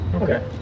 Okay